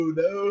no